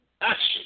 action